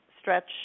stretch